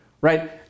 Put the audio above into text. right